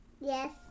yes